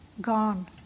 gone